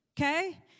Okay